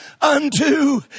unto